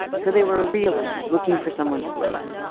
so they were reeling, looking for someone to blame.